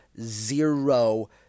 zero